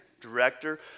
director